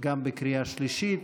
גם בקריאה השלישית,